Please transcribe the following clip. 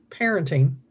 parenting